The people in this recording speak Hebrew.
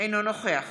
אינו נוכח